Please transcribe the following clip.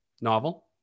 novel